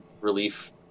relief